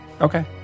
Okay